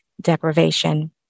deprivation